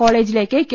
കോളേജിലേക്ക് കെ